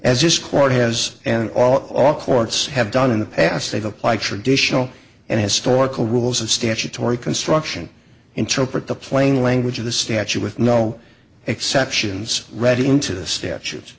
as this court has an all or all courts have done in the past they've applied traditional and historical rules of statutory construction interpret the plain language of the statue with no exceptions read into the statutes